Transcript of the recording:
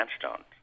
sandstone